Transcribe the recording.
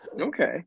Okay